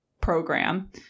program